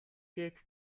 дээд